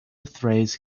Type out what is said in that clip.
phrase